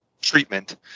treatment